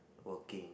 working